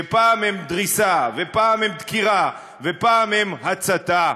שפעם הם דריסה ופעם הם דקירה ופעם הם הצתה,